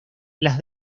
las